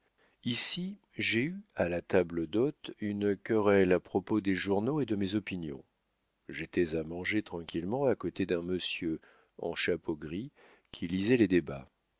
ici j'ai eu à la table d'hôte une querelle à propos des journaux et de mes opinions j'étais à manger tranquillement à côté d'un monsieur en chapeau gris qui lisait les débats